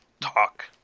talk